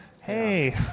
Hey